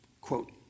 Quote